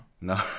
no